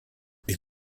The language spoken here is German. ich